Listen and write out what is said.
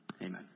Amen